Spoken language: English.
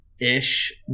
Ish